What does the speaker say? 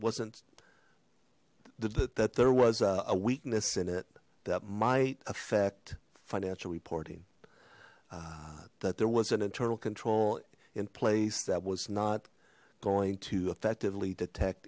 wasn't that there was a weakness in it that might affect financial reporting that there was an internal control in place that was not going to effectively detect